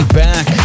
back